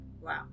Wow